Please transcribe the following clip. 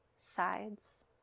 sides